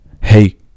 hey